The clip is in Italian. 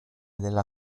della